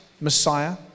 Messiah